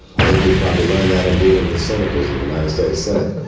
i think he probably learned that in dealing with senators in the united states senate.